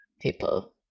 people